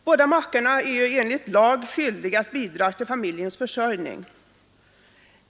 Båda makarna är enligt lag skyldiga att bidra till familjens försörjning.